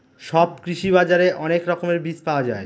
সব কৃষি বাজারে অনেক রকমের বীজ পাওয়া যায়